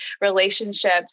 relationships